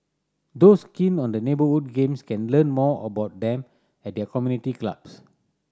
those keen on the neighbourhood games can learn more about them at their community clubs